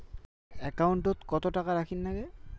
একাউন্টত কত টাকা রাখীর নাগে?